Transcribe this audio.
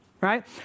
right